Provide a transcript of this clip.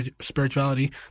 spirituality